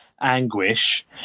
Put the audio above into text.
anguish